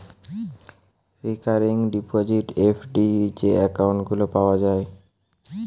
recurring deposit, FD যে account গুলা পাওয়া যায়